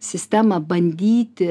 sistemą bandyti